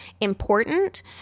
important